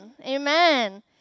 Amen